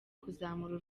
kuzamura